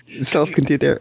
self-contained